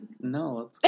No